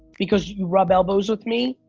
because you rub elbows with me?